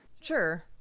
Sure